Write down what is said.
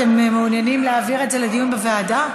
אתם מעוניינים להעביר את זה לדיון בוועדה?